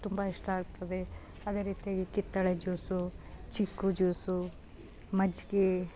ತುಂಬ ಇಷ್ಟ ಆಗ್ತದೆ ಅದೇ ರೀತಿಯಾಗಿ ಕಿತ್ತಳೆ ಜ್ಯೂಸು ಚಿಕ್ಕು ಜ್ಯೂಸು ಮಜ್ಜಿಗೆ